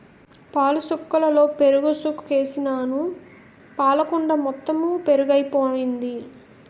పాలసుక్కలలో పెరుగుసుకేసినాను పాలకుండ మొత్తెము పెరుగైపోయింది